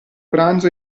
pranzo